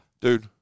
Dude